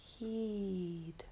Heed